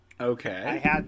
Okay